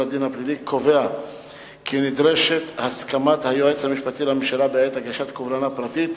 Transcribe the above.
קובע כי נדרשת הסכמת היועץ המשפטי לממשלה בעת הגשת קובלנה פרטית